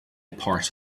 part